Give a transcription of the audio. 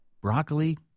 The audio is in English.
Broccoli